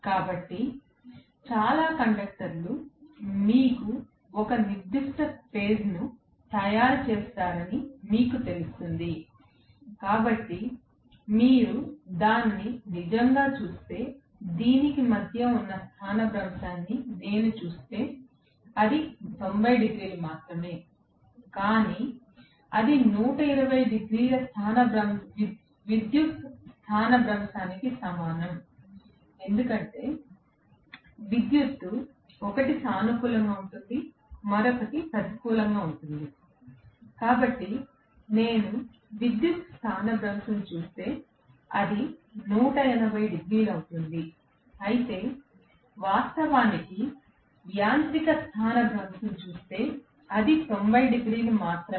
కాబట్టి చాలా కండక్టర్లు మీకు ఒక నిర్దిష్ట ఫేజ్ను తయారుచేస్తారని మీకు తెలుస్తుంది కాబట్టి మీరు దీన్ని నిజంగా చూస్తే దీనికి మధ్య ఉన్న స్థానభ్రంశాన్ని నేను చూస్తే అది 90 డిగ్రీలు మాత్రమే కానీ అది 180 డిగ్రీల విద్యుత్ స్థానభ్రంశానికి సమానం ఎందుకంటే విద్యుత్తు ఒకటి సానుకూలంగా ఉంటుంది మరొకటి ప్రతికూలంగా ఉంటుంది కాబట్టి నేను విద్యుత్ స్థానభ్రంశం చూస్తే అది 180 డిగ్రీలు అవుతుంది అయితే వాస్తవానికి యాంత్రిక స్థానభ్రంశం చూస్తే అది 90 డిగ్రీలు మాత్రమే